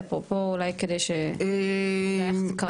אפרופו אולי כדי שבאמת נדע איך זה קרה.